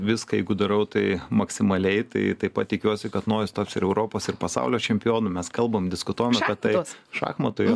viską jeigu darau tai maksimaliai tai taip pat tikiuosi kad nojus taps ir europos ir pasaulio čempionu mes kalbam diskutuojam apie tai šachmatai